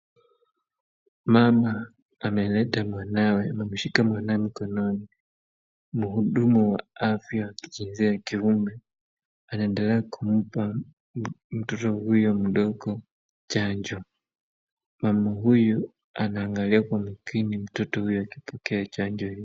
Mama ameleta mwanawe, ameshika mwanawe mkononi. Mhudumu wa afya wa kijinsia ya kiume anaendelea kumpa mtoto huyo mdogo chanjo. Mama huyu anaangalia kwa makini mtoto huyo akipokea chanjo hiyo.